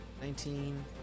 Nineteen